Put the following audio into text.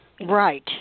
Right